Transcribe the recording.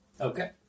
Okay